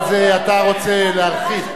תודה.